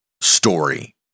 story